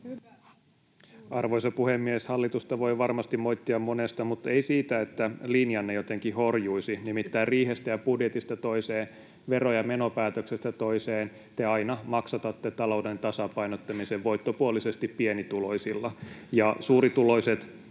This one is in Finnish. Arvoisa puhemies! Hallitusta voi varmasti moittia monesta mutta ei siitä, että linjanne jotenkin horjuisi. Nimittäin riihestä ja budjetista toiseen, vero- ja menopäätöksestä toiseen te aina maksatatte talouden tasapainottamisen voittopuolisesti pienituloisilla — ja suurituloiset,